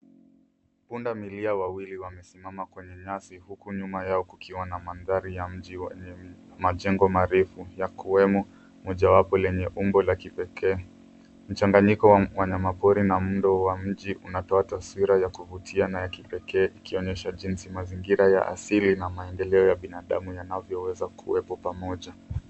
Punda milia wawili wamesimama kwenye nyasi huku nyuma nyao kukiwa na mandhari ya mji wenye majengo marefu yakiwemo mojawapo lenye umbo la kipekee. Mchanganyiko wa wanyama pori na muundo wa mji unotoa taswira ya kuvutia na ya kipekee ikionyesha jinsi mazingira ya asili na maendeleo ya binadamu yanaweza kuwepo pamoja.